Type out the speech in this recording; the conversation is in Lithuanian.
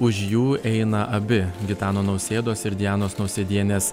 už jų eina abi gitano nausėdos ir dianos nausėdienės